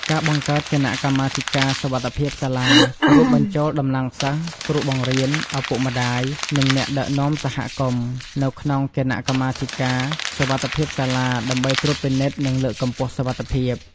ការបង្កើតគណៈកម្មាធិការសុវត្ថិភាពសាលា រួមបញ្ចូលតំណាងសិស្ស គ្រូបង្រៀន ឪពុកម្ដាយ និងអ្នកដឹកនាំសហគមន៍ នៅក្នុងគណៈកម្មាធិការសុវត្ថិភាពសាលា ដើម្បីត្រួតពិនិត្យ និងលើកកម្ពស់សុវត្ថិភាព។